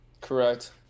Correct